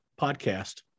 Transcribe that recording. podcast